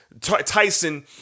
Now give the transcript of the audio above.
Tyson